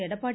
Edappadi